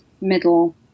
middle